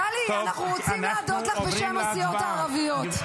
טלי, אנחנו רוצים להודות לך בשם הסיעות הערביות.